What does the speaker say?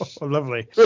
Lovely